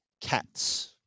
cats